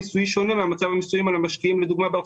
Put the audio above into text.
ראשית, אמר רולנד בהגינות שהדין הקיים לא ברור.